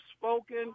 spoken